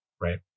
right